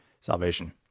salvation